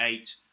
eight